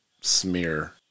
smear